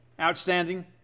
outstanding